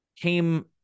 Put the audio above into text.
came